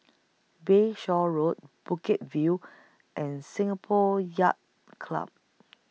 Bayshore Road Bukit View and Singapore Yacht Club